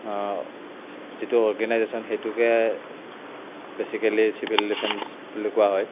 যিটো অৰ্গেনাইজেচন সেইটোকে basically civil defence বুলি কোৱা হয়